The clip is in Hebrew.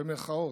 במירכאות,